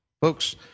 folks